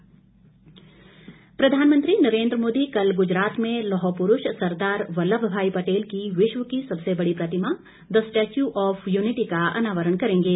पटेल प्रधानमंत्री नरेन्द्र मोदी कल गुजरात में लौह पुरूष सरदार वल्लभ भाई पटेल की विश्व की सबसे बड़ी प्रतिमा द स्टैच्यू ऑफ यूनिटी का अनावरण करेंगे